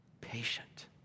patient